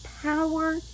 power